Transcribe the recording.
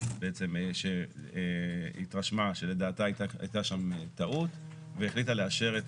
בעצם שהיא התרשמה שלדעתה הייתה שם טעות והיא החליטה לאשר את